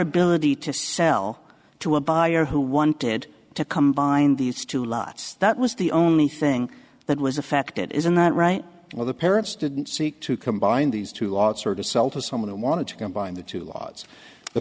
ability to sell to a buyer who wanted to combine these two lots that was the only thing that was affected isn't that right or the parents didn't seek to combine these two laws sort of sell to someone who wanted to combine the two lots the